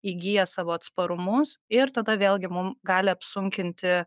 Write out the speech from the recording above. įgyja savo atsparumus ir tada vėlgi mum gali apsunkinti